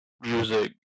music